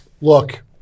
look